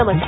नमस्कार